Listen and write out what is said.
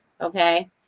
Okay